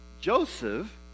Joseph